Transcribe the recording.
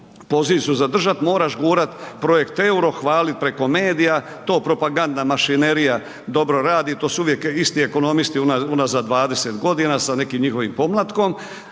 poziciju za držat, moraš gurat projekt EUR-o, hvalit preko medija, to propagandna mašinerija dobro radi, to su uvijek isti ekonomisti unazad 20 godina sa nekim njihovim pomlatkom.